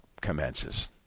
commences